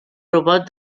robot